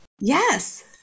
Yes